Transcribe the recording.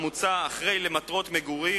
המוצע, אחרי "למטרות מגורים"